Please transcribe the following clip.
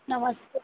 नमस्ते